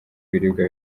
ibiribwa